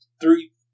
three